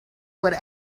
would